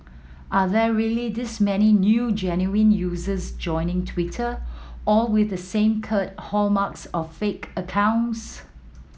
are there really this many new genuine users joining Twitter all with the same crude hallmarks of fake accounts